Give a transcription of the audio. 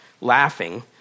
laughing